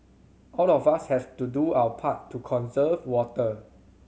all of us has to do our part to conserve water